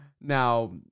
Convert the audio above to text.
Now